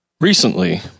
recently